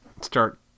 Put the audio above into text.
start